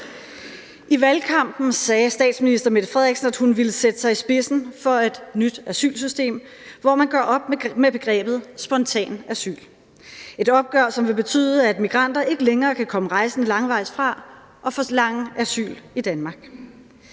I valgkampen sagde statsministeren, fru Mette Frederiksen, at hun ville sætte sig i spidsen for et nyt asylsystem, hvor man gør op med begrebet spontan asyl, et opgør, som vil betyde, at migranter ikke længere kan komme rejsende langvejs fra og forlange asyl i Danmark.